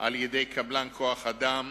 על-ידי קבלני כוח-אדם